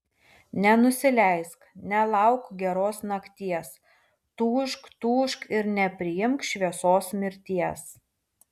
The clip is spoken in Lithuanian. nenusileisk nelauk geros nakties tūžk tūžk ir nepriimk šviesos mirties